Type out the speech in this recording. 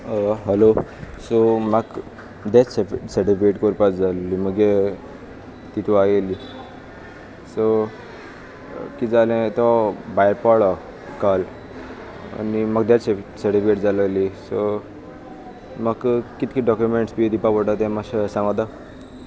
hello so म्हाक death certificate करपा जाय आली मगे तितू आ येयली सो किदें जालें तो भायर पळो काल आनी म्हाका डॅथ सर्टिफिकेट जाल्ली सो म्हाका कितकी डॉक्युमेंट्स बी दिवपा पडटा तें मात्शें सांग आता